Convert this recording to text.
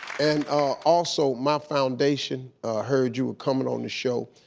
and also, my foundation heard you were coming on the show,